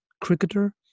cricketer